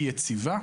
היא יציבה,